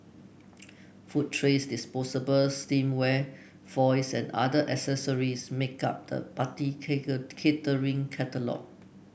food trays disposable stemware foils and other accessories make up the party catering catalogue